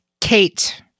Kate